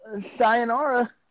Sayonara